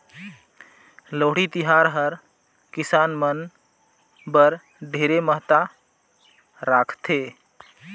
लोहड़ी तिहार हर किसान मन बर ढेरे महत्ता राखथे